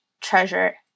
treasure